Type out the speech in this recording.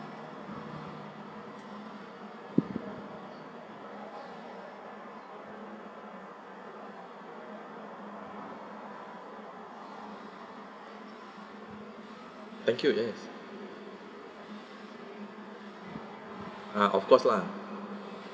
thank you yes ah of course lah